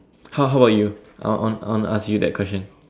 how how about you I want I want to ask you that question